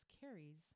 carries